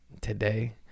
today